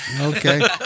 Okay